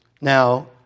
Now